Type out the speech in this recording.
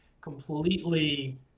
completely